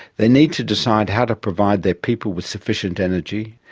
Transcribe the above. they need to decide how to provide their people with sufficient energy,